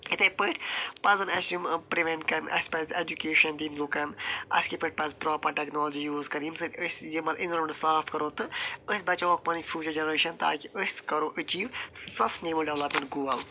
یتھے پٲٹھۍ پزن أسۍ یِم پروینٹ کرنہٕ اسہِ پزِ اٮ۪جوکٮ۪شن دِنۍ لُکن اسہِ کِتھ پٲٹھۍ پزِ پراپر ٹٮ۪کنالجی یوٗز کرٕنۍ ییٚمہِ سۭتۍ أسۍ اینوارنمٮ۪نٹ صاف کرو تہٕ أسۍ بچاووکھ پنٕنۍ فیوٗچر جنرٮ۪شن تاکہِ أسۍ کرو أچیٖو سسٹٮ۪نِبٕل ڈٮ۪ولاپمینٹ گول